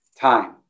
time